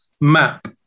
map